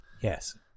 yes